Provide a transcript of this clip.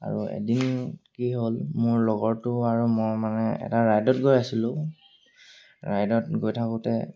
আৰু এদিন কি হ'ল মোৰ লগৰটো আৰু মই মানে এটা ৰাইডত গৈ আছিলোঁ ৰাইডত গৈ থাকোঁতে